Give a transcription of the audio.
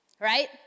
right